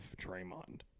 Draymond